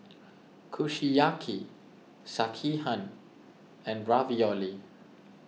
Kushiyaki Sekihan and Ravioli